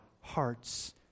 hearts